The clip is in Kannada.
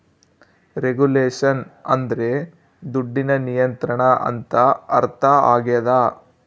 ರೆಗುಲೇಷನ್ ಅಂದ್ರೆ ದುಡ್ಡಿನ ನಿಯಂತ್ರಣ ಅಂತ ಅರ್ಥ ಆಗ್ಯದ